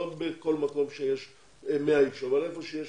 לא בכל מקום שיש 100 אנשים אלא היכן שיש